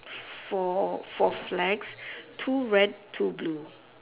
four four flags two red two blue